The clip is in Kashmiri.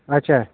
اَچھا